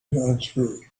unscrew